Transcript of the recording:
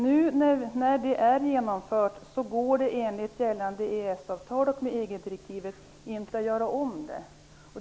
Nu när den är genomförd går det inte enligt gällande EES-avtal och EG-direktivet att förändra det hela.